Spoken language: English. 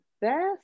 best